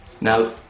Now